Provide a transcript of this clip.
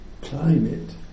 climate